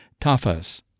tafas